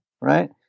right